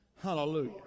Hallelujah